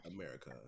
America